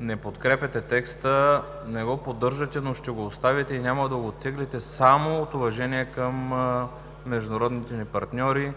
не подкрепяте текста, не го поддържате, но ще го оставите и няма да го оттеглите само от уважение към международните ни партньори